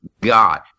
God